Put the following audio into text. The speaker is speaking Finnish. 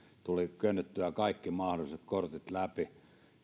tuli könyttyä kaikki mahdolliset kortit läpi